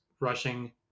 rushing